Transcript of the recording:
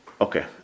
Okay